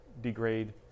degrade